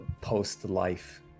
post-life